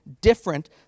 different